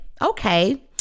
okay